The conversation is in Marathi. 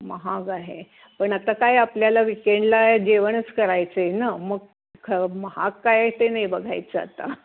महाग आहे पण आता काय आपल्याला विकेंडला जेवणच करायचं आहे न मग ख महाग काय ते नाही बघायचं आता